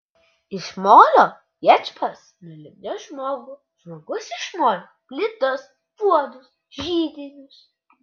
iš molio viešpats nulipdė žmogų žmogus iš molio plytas puodus židinius